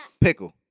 Pickle